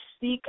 seek